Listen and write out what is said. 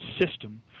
system